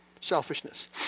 selfishness